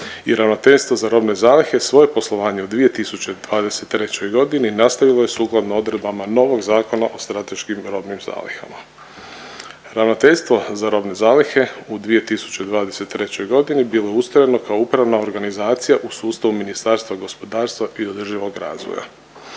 i Ravnateljstvo za robne zalihe svoje poslovanje u 2023.g. nastavilo je sukladno odredbama novog Zakona o strateškim robnim zalihama. Ravnateljstvo za robne zalihe u 2023.g. bilo je ustrojeno kao upravna organizacija u sustavu Ministarstva gospodarstva i održivog razvoja.